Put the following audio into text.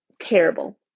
terrible